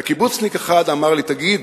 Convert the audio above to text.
וקיבוצניק אחד אמר לי: תגיד,